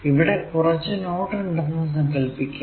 ഇവിടെ കുറച്ചു നോഡ് ഉണ്ടെന്നു സാങ്കൽപ്പിക്കാം